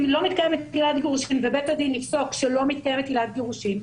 אם לא מתקיימת עילת גירושין ובית הדין יפסוק שלא מתקיימת עילת גירושין,